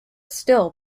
still